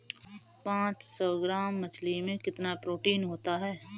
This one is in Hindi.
पांच सौ ग्राम मछली में कितना प्रोटीन होता है?